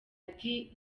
ati